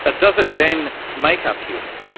ah does it then make us human?